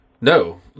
no